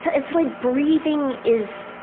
ah it's like breathing is.